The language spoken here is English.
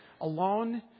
alone